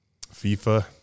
FIFA